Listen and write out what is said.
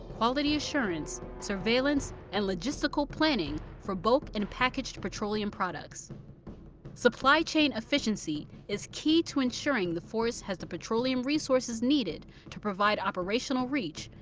quality assurance, surveillance, and logistical planning for bulk and packaged petroleum products supply chain efficiency is key to ensuring the force has the petroleum resources needed to provide operational reach,